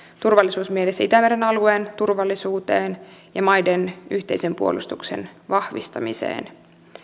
turvallisuusmielessä itämeren alueen turvallisuuteen ja maiden yhteisen puolustuksen vahvistamiseen